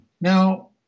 Now